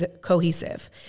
cohesive